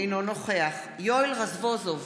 אינו נוכח יואל רזבוזוב,